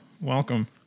Welcome